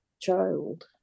child